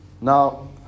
Now